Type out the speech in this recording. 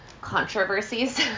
controversies